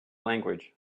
language